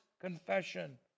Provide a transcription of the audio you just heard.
confession